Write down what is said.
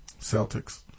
Celtics